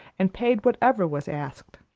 and paid whatever was asked.